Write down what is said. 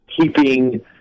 keeping